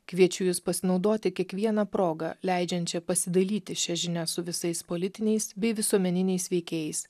kviečiu jus pasinaudoti kiekviena proga leidžiančia pasidalyti šia žinia su visais politiniais bei visuomeniniais veikėjais